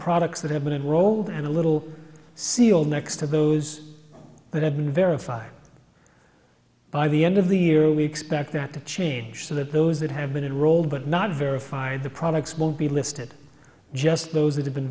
products that have been unrolled and a little seal next to those that have been verified by the end of the year and we expect that to change so that those that have been enrolled but not verified the products will be listed just those that have been